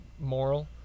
moral